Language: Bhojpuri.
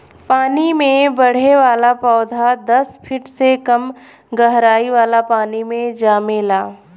पानी में बढ़े वाला पौधा दस फिट से कम गहराई वाला पानी मे जामेला